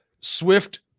Swift